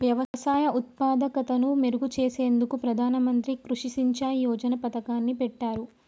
వ్యవసాయ ఉత్పాదకతను మెరుగు చేసేందుకు ప్రధాన మంత్రి కృషి సించాయ్ యోజన పతకాన్ని పెట్టారు